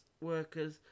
workers